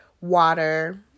Water